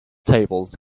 tables